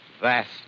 vast